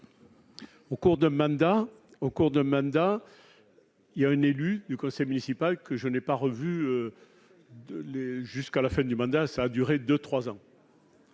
au cours de mandat, il y a un élu du conseil municipal, que je n'ai pas revu de jusqu'à la fin du mandat, ça a duré de 3 ans.